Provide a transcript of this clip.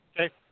Okay